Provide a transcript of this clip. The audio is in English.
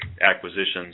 acquisitions